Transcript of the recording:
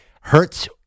Hurts